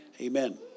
Amen